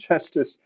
Justice